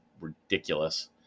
ridiculous